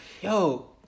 Yo